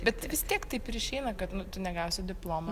bet vis tiek taip ir išeina kad nu tu negausi diplomo